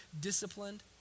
disciplined